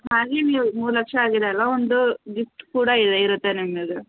ಹಾಂ ಅಲ್ಲಿ ನೀವು ಮೂರು ಲಕ್ಷ ಆಗಿದೆ ಅಲ್ಲವಾ ಒಂದು ಗಿಫ್ಟ್ ಕೂಡ ಇದೆ ಇರುತ್ತೆ ನಿಮಗದು